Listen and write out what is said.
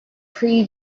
pre